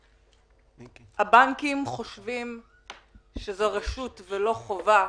הבנקים חושבים שזה רשות ולא חובה,